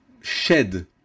shed